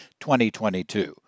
2022